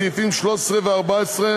סעיפים 13 ו-14,